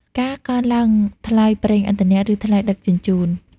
ការកើនឡើងថ្លៃប្រេងឥន្ធនៈ ឬថ្លៃដឹកជញ្ជូន។